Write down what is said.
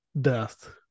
death